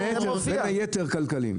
בין היתר כלכליים.